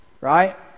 Right